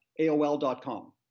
AOL.com